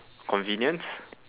convenience